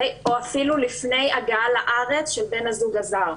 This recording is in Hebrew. או אפילו לפני הגעה לארץ של בן הזוג הזר.